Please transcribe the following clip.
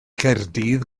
caerdydd